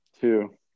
two